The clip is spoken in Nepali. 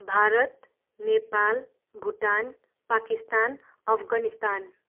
भारत नेपाल भुटान पाकिस्तान अफगनिस्तान